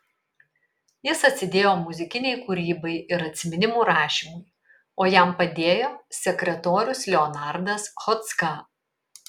jis atsidėjo muzikinei kūrybai ir atsiminimų rašymui o jam padėjo sekretorius leonardas chodzka